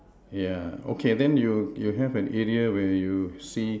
yeah okay then you you have an area where you see